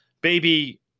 baby